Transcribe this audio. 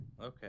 okay